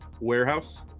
warehouse